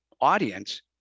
audience